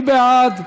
מי בעד?